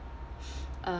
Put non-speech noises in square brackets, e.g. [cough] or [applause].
[noise] um